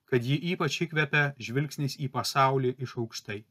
kad jį ypač įkvepia žvilgsnis į pasaulį iš aukštai